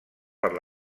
per